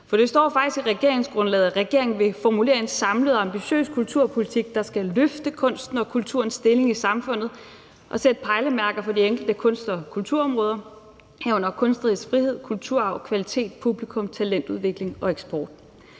for det står faktisk i regeringsgrundlaget, at regeringen vil formulere en samlet og ambitiøs kulturpolitik, der skal løfte kunsten og kulturens stilling i samfundet og sætte pejlemærker for de enkelte kunst- og kulturområder, herunder kunstnerisk frihed, kulturarv, kvalitet, publikum, talentudvikling og eksport.